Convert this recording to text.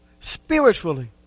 spiritually